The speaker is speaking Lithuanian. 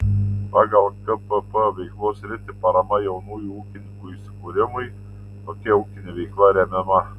pagal kpp veiklos sritį parama jaunųjų ūkininkų įsikūrimui tokia ūkinė veikla remiama